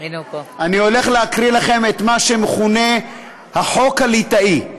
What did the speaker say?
אני הולך להקריא את מה שמכונה "החוק הליטאי".